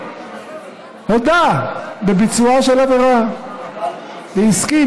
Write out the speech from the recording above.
הודה בביצועה של עבירה והסכים,